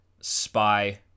spy